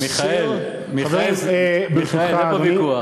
אין פה ויכוח.